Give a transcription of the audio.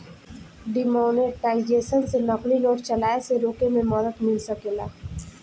demonetisation से नकली note चलाए से रोके में मदद मिल सकेला